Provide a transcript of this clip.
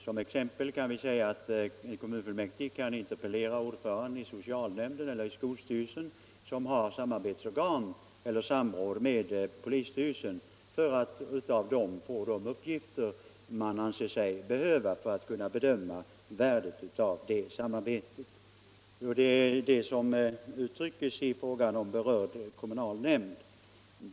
Som exempel kan vi ta att en kommunfullmäktig kan interpellera ordföranden i socialnämnd eller skolstyrelse som har samråd med polisstyrelse genom samarbetsorgan för att få de uppgifter man anser sig behöva för att kunna bedöma värdet av det samarbetet. Det är det jag syftar på med uttrycket berörd kommunal nämnd.